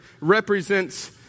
represents